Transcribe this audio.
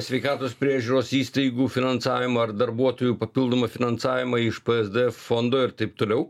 sveikatos priežiūros įstaigų finansavimą ar darbuotojų papildomą finansavimą iš psdf fondo ir taip toliau